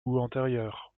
antérieur